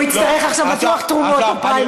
עכשיו הוא בטוח יצטרך תרומות לפריימריז.